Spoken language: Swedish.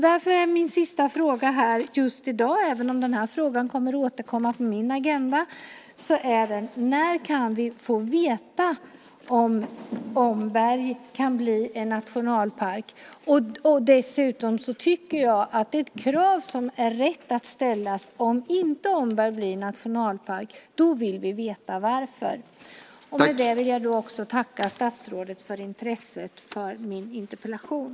Därför är min sista fråga just i dag, även om den här frågan kommer att återkomma på min agenda: När kan vi få veta om Omberg kan bli en nationalpark? Dessutom vill vi, om Omberg inte blir nationalpark, veta varför. Det tycker jag är ett krav som man har rätt att ställa. Med det vill jag tacka statsrådet för intresset för min interpellation.